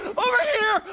over here!